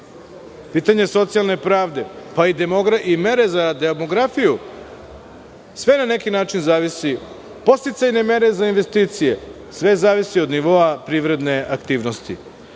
Pitanje socijalne pravde, pa i mere za demografiju. Sve na neki način zavisi. Podsticajne mere za investicije sve zavisi od nivoa privredne aktivnosti. Takođe,